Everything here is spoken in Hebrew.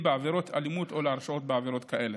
בעבירות אלימות או להרשעות בעבירות כאלה.